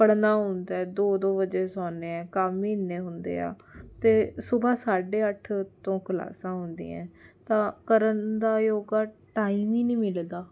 ਪੜ੍ਹਨਾ ਹੁੰਦਾ ਦੋ ਦੋ ਵਜੇ ਸੋਣੇ ਆ ਕੰਮ ਹੀ ਐਨੇ ਹੁੰਦੇ ਆ ਅਤੇ ਸੁਬਹਾ ਸਾਢੇ ਅੱਠ ਤੋਂ ਕਲਾਸਾਂ ਹੁੰਦੀਆਂ ਤਾਂ ਕਰਨ ਦਾ ਯੋਗਾ ਟਾਈਮ ਹੀ ਨਹੀਂ ਮਿਲਦਾ